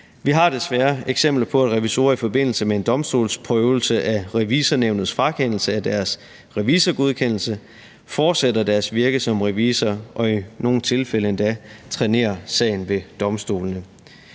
Vi har desværre eksempler på, at revisorer i forbindelse med en domstolsprøvelse af Revisornævnets frakendelse af deres revisorgodkendelse fortsætter deres virke som revisor og i nogle tilfælde endda trænerer sagen ved domstolene.